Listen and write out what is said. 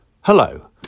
Hello